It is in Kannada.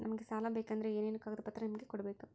ನಮಗೆ ಸಾಲ ಬೇಕಂದ್ರೆ ಏನೇನು ಕಾಗದ ಪತ್ರ ನಿಮಗೆ ಕೊಡ್ಬೇಕು?